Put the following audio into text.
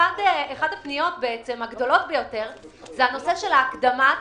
אחת הפניות הגדולות ביותר זה נושא הקדמת